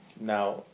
Now